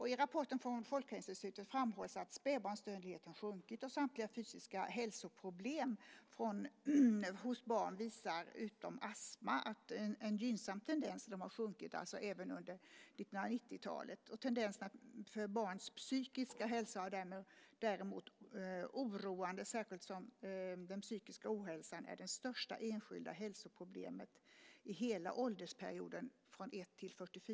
I rapporten från Folkhälsoinstitutet framhålls att spädbarnsdödligheten har sjunkit och att samtliga fysiska hälsoproblem, utom astma, hos barn har sjunkit även under 1990-talet. Tendensen för barns psykiska hälsa är däremot oroande, särskilt som den psykiska ohälsan är det största enskilda hälsoproblemet i hela åldersperioden 1-44 år.